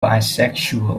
bisexual